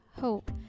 hope